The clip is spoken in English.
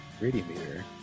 radiometer